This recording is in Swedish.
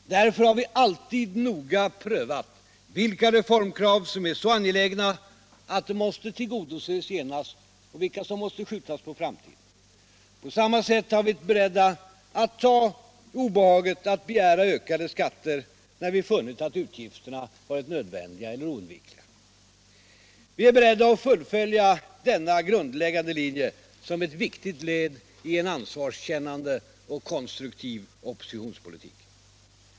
Därför har vi alltid noga prövat vilka reformkrav som är så angelägna att de måste tillgodoses genast och vilka som måste skjutas på framtiden. På samma sätt har vi varit beredda att ta obehaget att begära ökade skatter, när vi funnit att utgifterna varit nödvändiga eller oundvikliga. Vi är beredda att fullfölja denna grundläggande linje som ett viktigt led i en ansvarskännande och konstruktiv oppositionspolitik.